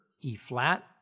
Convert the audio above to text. E-flat